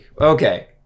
okay